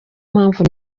mpamvu